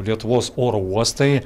lietuvos oro uostai